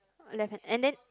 left hand and then